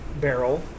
barrel